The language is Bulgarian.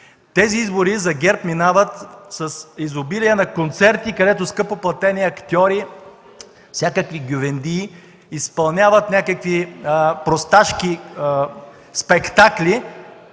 Тези избори за ГЕРБ минават с изобилие на концерти, където скъпоплатени актьори, всякакви гювендии, изпълняват някакви просташки спектакли,